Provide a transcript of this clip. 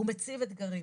הוא מציב אתגרים.